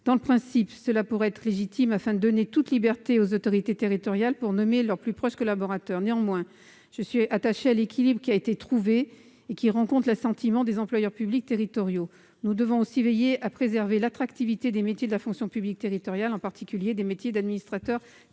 sur le principe, car elle donne toute liberté aux autorités territoriales pour nommer leurs plus proches collaborateurs. Néanmoins, je suis attachée à l'équilibre trouvé, qui rencontre l'assentiment des employeurs publics territoriaux. Nous devons aussi veiller à préserver l'attractivité des métiers de la fonction publique territoriale, en particulier des métiers d'administrateur territorial